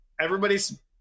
Everybody's